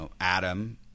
Adam